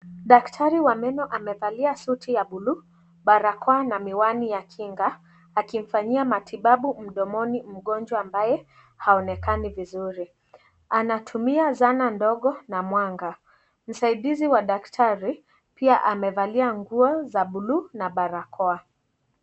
Daktari wa meno amevalia suti ya bluu, barakoa na miwani ya kinga akimfanyia matibabu mdomoni mgonjwa ambaye haonekani vizuri .Anatumia zana ndogo na mwanga, msaidizi wa daktari pia amevalia nguo za buluu na barakoa.